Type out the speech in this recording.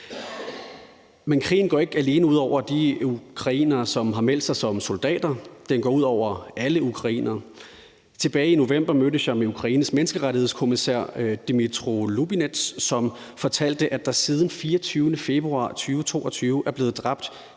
Men krigen går ikke alene ud over de ukrainere, som har meldt sig som soldater. Den går ud over alle ukrainere. Tilbage i november mødtes jeg med Ukraines menneskerettighedskommissær, Dmytro Lubinets, som fortalte, at der siden den 24. februar 2022 er blevet dræbt